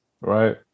right